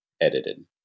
edited